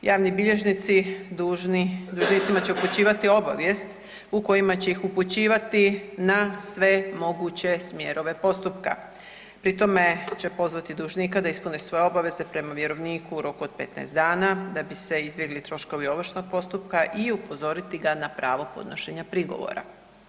Javni bilježnici dužni dužnicima će upućivati obavijest u kojima će se ih upućivati na sve moguće smjerove postupka, pri tome će pozvati dužnika da ispuni svoje obaveze prema vjerovniku u roku od 15 dana da bi se izbjegli troškovi ovršnog postupka i upozoriti ga na pravo podnošenja prigovora.